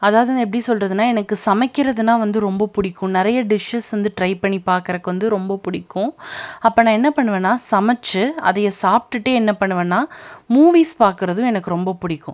அதாவது வந்து எப்படி சொல்றதுன்னால் எனக்கு சமைக்கிறதுன்னால் வந்து ரொம்ப பிடிக்கும் நிறைய டிஷ்ஷஸ் வந்து ட்ரை பண்ணி பார்க்கறக்கு வந்து ரொம்ப பிடிக்கும் அப்போ நான் என்ன பண்ணுவேன்னால் சமைச்சு அதை சாப்டுவிட்டு என்ன பண்ணுவேன்னால் மூவிஸ் பார்க்கறதும் எனக்கு ரொம்ப பிடிக்கும்